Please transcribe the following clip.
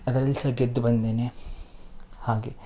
ಅದ್ರಲ್ಲಿ ಸಹ ಗೆದ್ದು ಬಂದೇನೆ ಹಾಗೆ